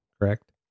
correct